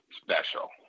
special